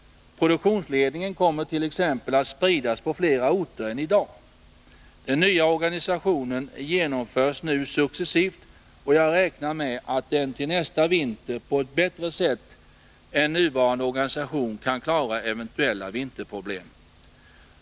Produktionsledningen kommer t.ex. att spridas på fler orter än i dag. Den nya organisationen genomförs nu successivt, och jag räknar med att den till nästa vinter på ett bättre sätt än nuvarande organisation kan klara eventuella vinterproblem.